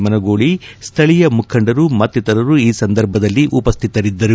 ಮನಗೂಳಿ ಸ್ಥಳೀಯ ಮುಖಂಡರು ಮತ್ತಿತರರು ಈ ಸಂದರ್ಭದಲ್ಲಿ ಉಪಸ್ಥಿತರಿದ್ದರು